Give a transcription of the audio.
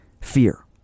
fear